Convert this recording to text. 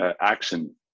action